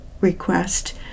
request